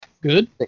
Good